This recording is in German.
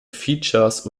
features